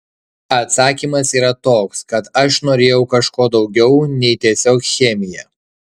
atsakymas yra toks kad aš norėjau kažko daugiau nei tiesiog chemija